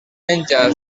menja